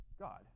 God